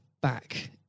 back